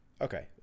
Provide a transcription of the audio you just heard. Okay